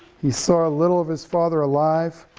he saw a little of his father alive,